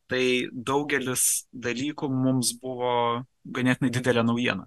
tai daugelis dalykų mums buvo ganėtinai didelė naujiena